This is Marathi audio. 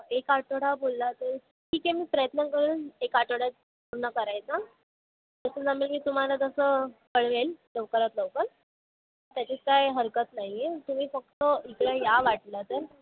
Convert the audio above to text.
एक आठवडा बोलला ते ठीक आहे मी प्रयत्न करुन एका आठवड्यात पूर्ण करायचं तर ते मी तुम्हाला तसं कळवेल लवकरात लवकर तशी काय हरकत नाही आहे तुम्ही फक्त इकडे या वाटलं तर